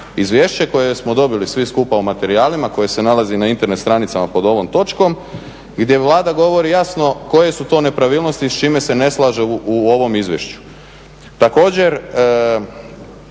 izvješće koje smo dobili svi skupa u materijalima koje se nalazi na Internet stranicama pod ovom točkom gdje Vlada govori jasno koje su to nepravilnosti i s čime se ne slaže u ovom izvješću. Također,